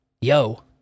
Yo